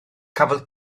cafodd